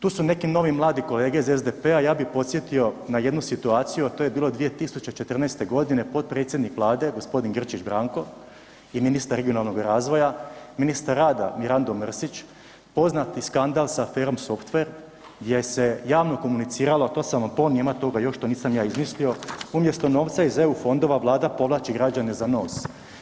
Tu su neki novi mladi kolege iz SDP-a, ja bi podsjetio na jednu situaciju a to je bilo 2014. g., potpredsjednik Vlade g. Grčić Branko i ministar regionalnog razvoja, ministar rada Mirando Mrsić, poznati skandal sa aferom Software gdje se javno komuniciralo a to sam ponio, ima toga još, to nisam ja izmislio, umjesto novca iz EU fondova, Vlada povlači građane za nos.